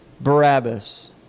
Barabbas